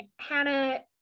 Hannah